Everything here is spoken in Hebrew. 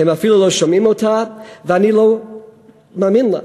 הן אפילו לא שומעות אותה, ואני לא מאמין לה.